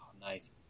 Nice